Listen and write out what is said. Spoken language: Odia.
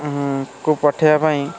ହୁଁ କୁ ପଠାଇବା ପାଇଁ